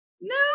no